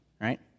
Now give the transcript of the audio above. right